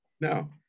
Now